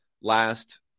last